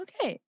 Okay